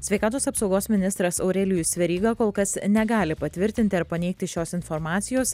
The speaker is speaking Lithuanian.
sveikatos apsaugos ministras aurelijus veryga kol kas negali patvirtinti ar paneigti šios informacijos